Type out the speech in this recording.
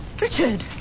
Richard